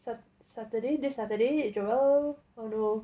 saturday this saturday did joel oh no